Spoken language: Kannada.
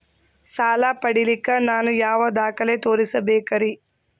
ಸಾಲ ಪಡಿಲಿಕ್ಕ ನಾನು ಯಾವ ದಾಖಲೆ ತೋರಿಸಬೇಕರಿ?